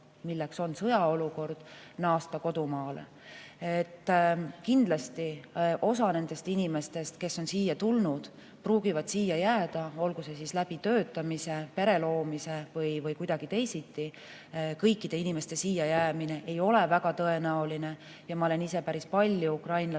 naasta sõjaolukorras kodumaale. Kindlasti osa nendest inimestest, kes siia on tulnud, pruugivad jääda, olgu see siis töötamise, pereloomise või muu tõttu. Kõikide inimeste siiajäämine ei ole väga tõenäoline. Ma olen ise päris palju ukrainlastega